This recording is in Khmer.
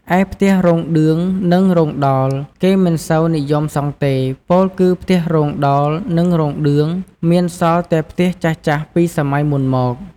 ឯផ្ទះរោលឌឿង និង រោងដោល គេមិនសូវនិយមសង់ទេ ពោលគឺផ្ទះរោងដោលនិងរោងឌឿង មានសល់តែផ្ទះចាស់ៗពីសម័យមុនមក។